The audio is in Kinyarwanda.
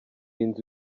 inzu